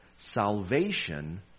salvation